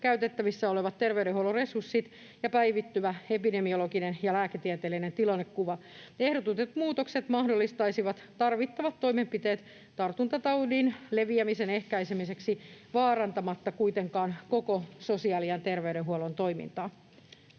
käytettävissä olevat terveydenhuollon resurssit ja päivittyvä epidemiologinen ja lääketieteellinen tilannekuva. Ehdotetut muutokset mahdollistaisivat tarvittavat toimenpiteet tartuntataudin leviämisen ehkäisemiseksi vaarantamatta kuitenkaan koko sosiaali- ja terveydenhuollon toimintaa.